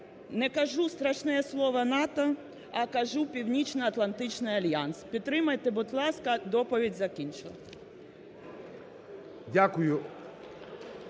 не кажу страшне слово "НАТО", а кажу Північно-Атлантичний альянс. Підтримайте, будь ласка. Доповідь закінчила.